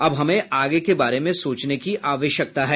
अब हमें आगे के बारे में सोचने की आवश्यकता है